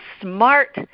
smart